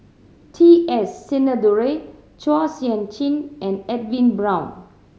T S Sinnathuray Chua Sian Chin and Edwin Brown